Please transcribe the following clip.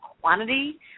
quantity